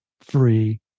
free